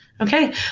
Okay